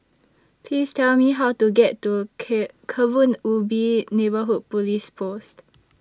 Please Tell Me How to get to K Kebun Ubi Neighbourhood Police Post